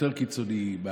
יותר קיצוניים,